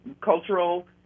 cultural